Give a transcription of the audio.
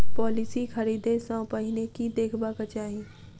Policy खरीदै सँ पहिने की देखबाक चाहि?